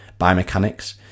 biomechanics